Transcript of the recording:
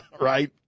Right